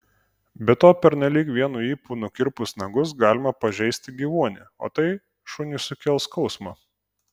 be to pernelyg vienu ypu nukirpus nagus galima pažeisti gyvuonį o tai šuniui sukels skausmą